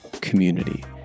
community